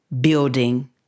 building